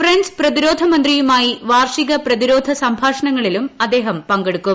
French പ്രതിരോധ മന്ത്രിയുമായി വാർഷിക പ്രതിരോധ സംഭാഷണങ്ങളിലും അദ്ദേഹം പങ്കെടുക്കും